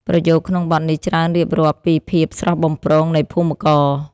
ប្រយោគក្នុងបទនេះច្រើនរៀបរាប់ពីភាពស្រស់បំព្រងនៃភូមិករ។